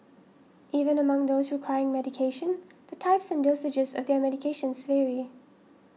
even among those requiring medication the types and dosages of their medications vary